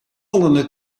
alle